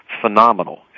phenomenal